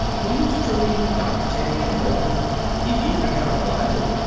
he used to read dante and milton. he even had a bible.